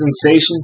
sensation